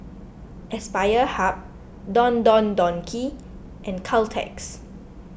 Aspire Hub Don Don Donki and Caltex